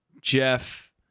Jeff